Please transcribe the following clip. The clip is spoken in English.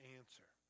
answer